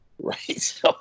Right